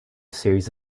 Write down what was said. series